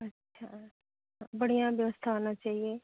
अच्छा बढ़िया व्यवस्था होना चाहिए